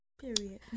Period